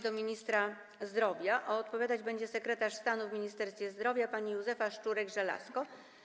do ministra zdrowia, a odpowiadać będzie sekretarz stanu w Ministerstwie Zdrowia pani Józefa Szczurek-Żelazko.